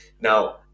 Now